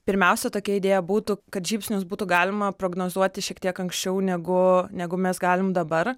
pirmiausia tokia idėja būtų kad žybsnius būtų galima prognozuoti šiek tiek anksčiau negu negu mes galim dabar